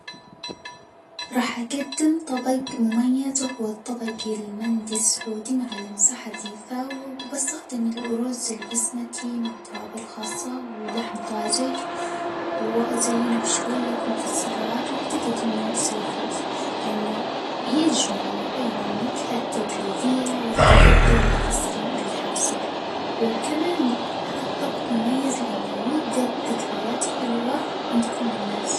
راح أجدم طبج مميز، وهو الطبج المندي السعودي مع لمسة حديثة، وباستخدم الأرز البسمتي مع توابل خاصة ولحم طازج، وأزينه بشوية مكسرات، وأعتجد إنه سيفوز لإنه يجمع ما بين النكهة التجليدية والتجدم العصري اللي حاصل، وكمان هالطبج مميز لأنه يوجظ ذكريات حلوة عند كل الناس.